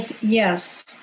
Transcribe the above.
Yes